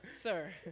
Sir